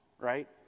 right